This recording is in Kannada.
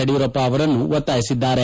ಯಡಿಯೂರಪ್ಪ ಅವರನ್ನು ಒತ್ತಾಯಿಸಿದ್ದಾರೆ